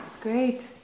great